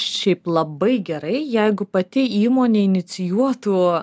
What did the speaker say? šiaip labai gerai jeigu pati įmonė inicijuotų